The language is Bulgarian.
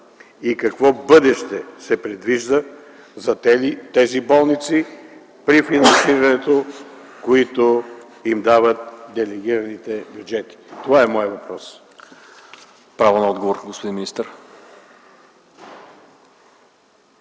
и какво бъдеще се предвижда за тези болници при финансирането, които им дават делегираните бюджети? Това е моят въпрос.